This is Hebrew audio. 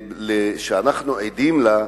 שאנחנו עדים לה,